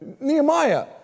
Nehemiah